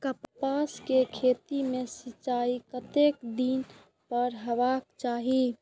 कपास के खेती में सिंचाई कतेक दिन पर हेबाक चाही?